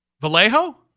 Vallejo